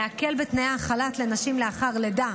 להקל בתנאי החל"ת לנשים לאחר לידה